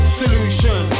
solution